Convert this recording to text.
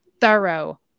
thorough